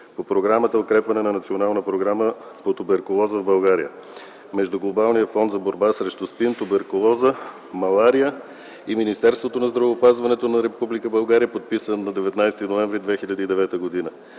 по Програмата „Укрепване на Националната програма по туберкулоза в България” между Глобалния фонд за борба срещу СПИН, туберкулоза и малария и Министерството на здравеопазването на Република България, подписано на 19 ноември 2009 г.